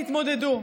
תתמודדו.